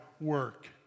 work